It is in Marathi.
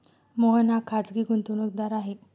मोहन हा खाजगी गुंतवणूकदार आहे